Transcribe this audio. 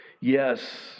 Yes